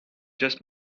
just